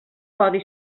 codi